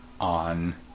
on